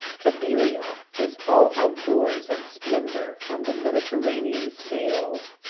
cabiria is all out-doors and splendor on the mediterranean scale.